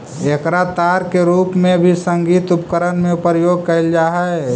एकरा तार के रूप में भी संगीत उपकरण में प्रयोग कैल जा हई